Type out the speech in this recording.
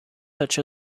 such